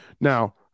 Now